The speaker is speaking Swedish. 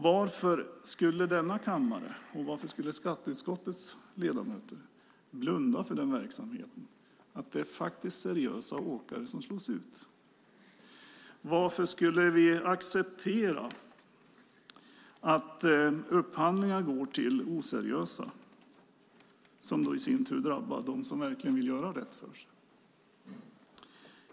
Varför skulle denna kammare och skatteutskottets ledamöter blunda för den verksamheten, där det faktiskt är seriösa åkare som slås ut? Varför skulle vi acceptera att upphandlingar går till oseriösa, som i sin tur drabbar dem som verkligen vill göra rätt för sig?